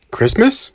Christmas